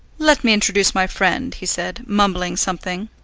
let me introduce my friend, he said, mumbling something.